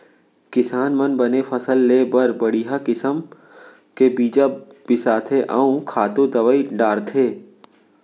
किसान मन बने फसल लेय बर बड़िहा किसम के बीजा बिसाथें अउ खातू दवई डारथें